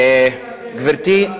טיבי,